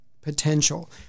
potential